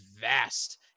vast